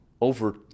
over